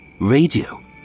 radio